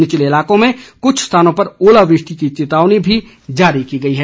निचले इलाकों में कुछ स्थानों पर ओलावृष्टि की चेतावनी भी जारी की गई है